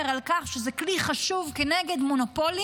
על כך שזה כלי חשוב כנגד מונופולים,